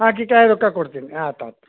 ರೊಕ್ಕ ಕೊಡ್ತೀನಿ ಆತು ಆತು